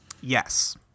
Yes